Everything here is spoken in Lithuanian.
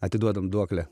atiduodam duoklę